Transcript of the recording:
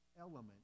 element